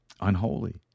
unholy